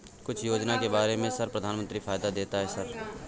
कुछ योजना के बारे में सर प्रधानमंत्री फायदा देता है सर?